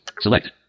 select